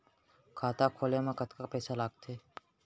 खाता खोले मा कतका पइसा लागथे?